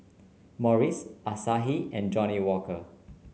Morries Asahi and Johnnie Walker